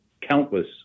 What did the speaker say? countless